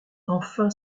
enfin